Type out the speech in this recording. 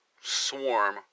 swarm